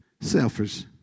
selfish